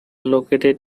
located